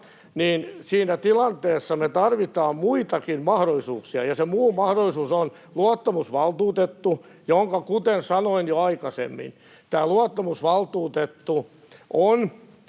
niin siinä tilanteessa me tarvitaan muitakin mahdollisuuksia, ja se muu mahdollisuus on luottamusvaltuutettu, jonka, kuten sanoin jo aikaisemmin, on mahdollista saada